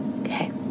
Okay